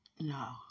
No